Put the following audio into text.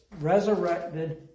resurrected